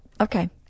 Okay